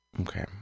Okay